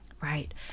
Right